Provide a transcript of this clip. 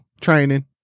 training